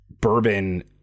bourbon